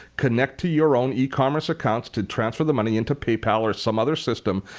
connect to your own e-commerce accounts to transfer the money into paypal or some other system,